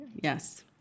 Yes